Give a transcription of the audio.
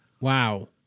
wow